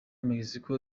mexico